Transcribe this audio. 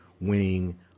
winning